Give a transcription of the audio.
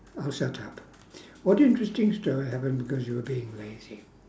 I'll shut up what interesting story happened because you were being lazy